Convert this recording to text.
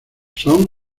son